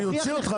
אני אוציא אותך.